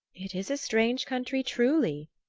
it is a strange country, truly,